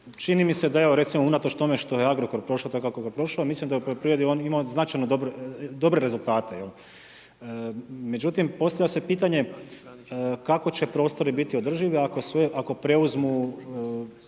Čini mi se da evo, recimo unatoč tome što je Agrokor prošao tako kako je prošao, mislim da u poljoprivredi je on imao značajno dobre rezultate. Međutim, postavlja se pitanje kako će prostori biti održivi ako preuzmu